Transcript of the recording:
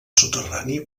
soterrani